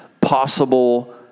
possible